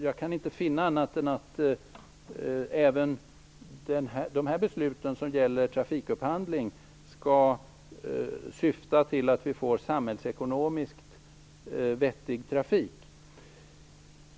Jag kan inte finna annat än att även de beslut som gäller trafikupphandling skall syfta till en samhällsekonomiskt vettig trafik.